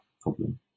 problem